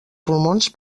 pulmons